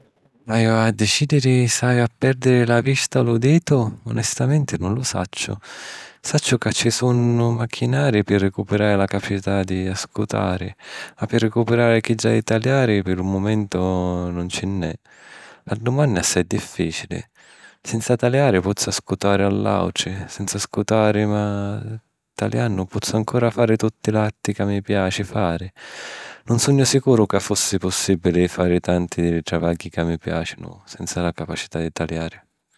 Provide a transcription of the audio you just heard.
Haju a dicidiri s'haju a pèrdiri la vista o l'uditu? Onestamenti nun lu sacciu. Sacciu ca ci sunnu machinari pi ricuperari la capacità di ascutari, ma pi ricuperari chidda di taliari pi lu mumentu nun ci nn’è. La dumanna è assai diffìcili. Senza taliari, pozzu ascutari a l’àutri. Senza ascutari ma taliannu pozzu ancora fari tutti l'arti ca mi piaci fari. Nun sugnu sicuru ca fussi possìbili fari tanti di li travagghi ca mi piàcinu senza la capacità di taliari.